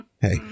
hey